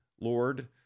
Lord